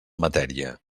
matèria